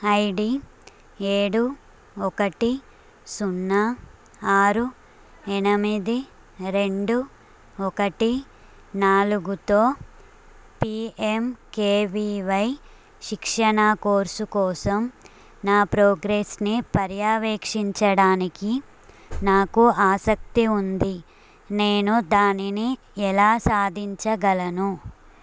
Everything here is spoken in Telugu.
ఐడీ ఏడు ఒకటి సున్నా ఆరు ఎనిమిది రెండు ఒకటి నాలుగుతో పీఎంకేవీవై శిక్షణా కోర్సు కోసం నా ప్రోగ్రెస్ని పర్యవేక్షించడానికి నాకు ఆసక్తి ఉంది నేను దానిని ఎలా సాధించగలను